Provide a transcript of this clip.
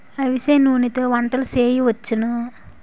అవిసె నూనెతో వంటలు సేయొచ్చును